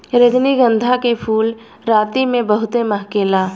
रजनीगंधा के फूल राती में बहुते महके ला